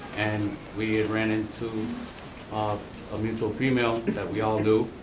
and we had ran into um a mutual female that we all knew,